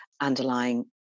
underlying